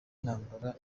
ntambara